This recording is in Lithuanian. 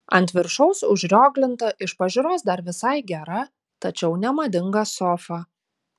ant viršaus užrioglinta iš pažiūros dar visai gera tačiau nemadinga sofa